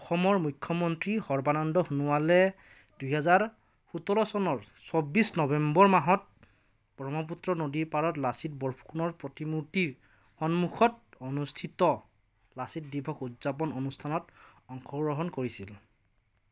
অসমৰ মুখ্যমন্ত্ৰী সৰ্বানন্দ সোণোৱালে দুই হেজাৰ সোতৰ চনৰ চৌব্বিছ নৱেম্বৰ মাহত ব্ৰহ্মপুত্ৰ নদীৰ পাৰত লাচিত বৰফুকনৰ প্ৰতিমূৰ্তিৰ সন্মুখত অনুষ্ঠিত লাচিত দিৱস উদযাপন অনুষ্ঠানত অংশগ্ৰহণ কৰিছিল